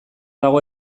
dago